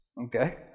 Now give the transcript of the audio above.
okay